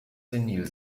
senil